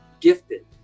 gifted